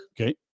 Okay